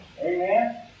Amen